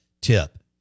tip